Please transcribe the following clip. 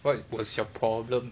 what was your problem